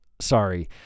Sorry